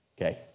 Okay